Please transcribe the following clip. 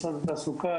משרד התעסוקה,